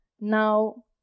Now